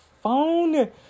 phone